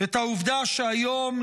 את העובדה שהיום,